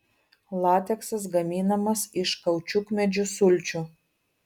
lateksas gaminamas iš kaučiukmedžių sulčių